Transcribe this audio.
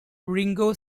ringo